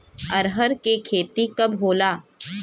अरहर के खेती कब होला?